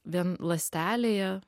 vien ląstelėje